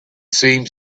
seemed